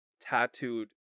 tattooed